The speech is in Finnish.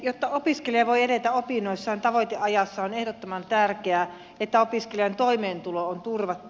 jotta opiskelija voi edetä opinnoissaan tavoiteajassa on ehdottoman tärkeää että opiskelijan toimeentulo on turvattu